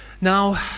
Now